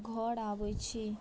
घर आबै छी